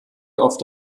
oft